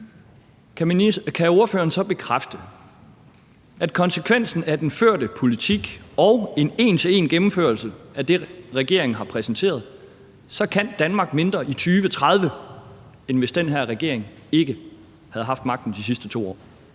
kan ordføreren så bekræfte, at konsekvensen af den førte politik og en en til en-gennemførelse af det, regeringen har præsenteret, er, at Danmark kan mindre i 2030, end hvis den her regering ikke havde haft magten de sidste 2 år?